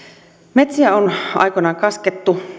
metsiä on aikoinaan kaskettu